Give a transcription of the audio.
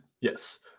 Yes